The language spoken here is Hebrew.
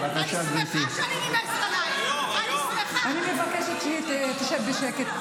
אני אגיד מה שאני רוצה, אל תסתכלי עליי.